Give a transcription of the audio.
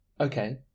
Okay